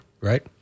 right